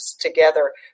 together